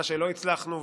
מה שלא הצלחנו,